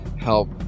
help